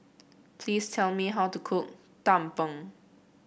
please tell me how to cook Tumpeng